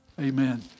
Amen